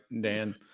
Dan